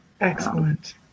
excellent